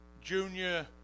junior